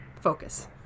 focus